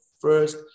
first